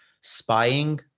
spying